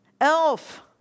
Elf